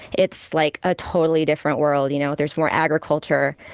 it's like a totally different world, you know? there's more agriculture.